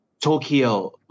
Tokyo